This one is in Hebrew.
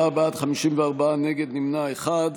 24 בעד, 54 נגד, נמנע אחד.